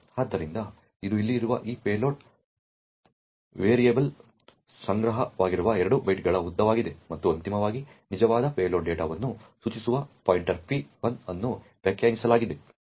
ಆದ್ದರಿಂದ ಇದು ಇಲ್ಲಿ ಇರುವ ಈ ಪೇಲೋಡ್ ವೇರಿಯೇಬಲ್ನಲ್ಲಿ ಸಂಗ್ರಹವಾಗುವ 2 ಬೈಟ್ಗಳ ಉದ್ದವಾಗಿದೆ ಮತ್ತು ಅಂತಿಮವಾಗಿ ನಿಜವಾದ ಪೇಲೋಡ್ ಡೇಟಾವನ್ನು ಸೂಚಿಸುವ ಪಾಯಿಂಟರ್ p1 ಅನ್ನು ವ್ಯಾಖ್ಯಾನಿಸಲಾಗಿದೆ